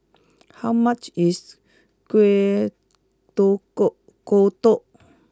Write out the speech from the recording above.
how much is Kuih Kodok